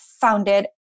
founded